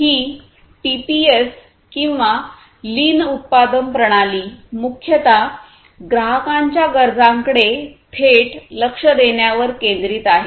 ही TPS किंवा lean उत्पादन प्रणाली मुख्यत ग्राहकांच्या गरजांकडे थेट लक्ष देण्यावर केंद्रित आहे